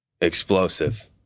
Explosive